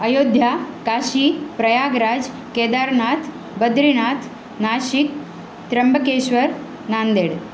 Ayodhya Kashi Prayagraj Kedarnath Badrinath Nashik Trimbakeshwar Nanded